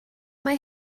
mae